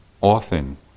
often